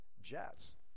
jets